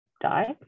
die